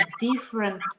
different